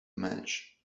match